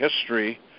history